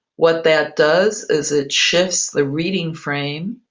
what that does is it shifts the reading frame.